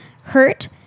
hurt